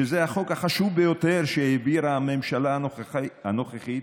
שזה החוק החשוב ביותר שהעבירה הממשלה הנוכחית,